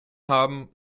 haben